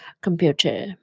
computer